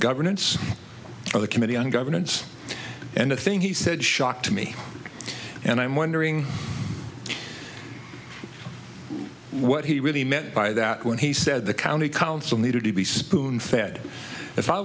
governance of the committee on governance and the thing he said shock to me and i'm wondering what he really meant by that when he said the county council needed to be spoon fed if i